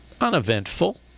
uneventful